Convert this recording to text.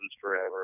Forever